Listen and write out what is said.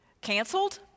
Canceled